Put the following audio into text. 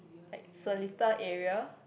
like Seletar area